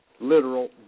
Literal